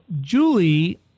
Julie